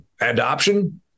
Adoption